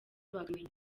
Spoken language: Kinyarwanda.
bakamenya